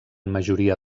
majoria